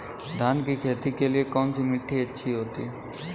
धान की खेती के लिए कौनसी मिट्टी अच्छी होती है?